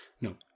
No